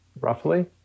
roughly